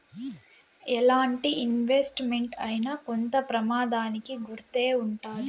ఎలాంటి investment అయినా కొంత ప్రమాదానికి గురై ఉంటాది